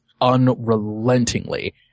unrelentingly